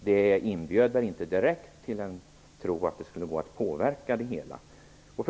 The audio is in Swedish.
Det inbjöd väl inte direkt till en tro att det skulle gå att påverka det hela.